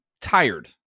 tired